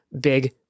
Big